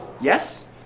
Yes